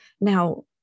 Now